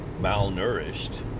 malnourished